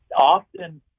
Often